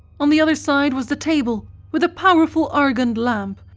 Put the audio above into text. on the other side was the table with a powerful argand lamp,